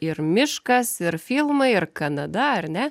ir miškas ir filmai ir kanada ar ne